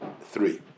three